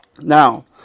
Now